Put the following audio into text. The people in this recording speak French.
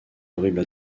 horrible